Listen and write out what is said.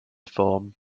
form